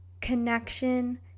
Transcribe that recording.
Connection